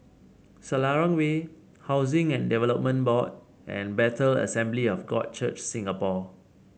Selarang Way Housing and Development Board and Bethel Assembly of God Church Singapore